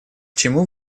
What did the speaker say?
чему